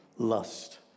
Lust